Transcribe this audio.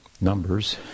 numbers